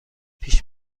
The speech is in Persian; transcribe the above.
پیش